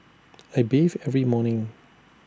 I bathe every morning